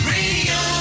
Radio